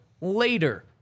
later